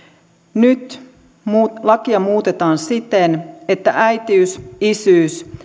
nyt lakia muutetaan siten että äitiys isyys